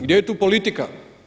Gdje je tu politika?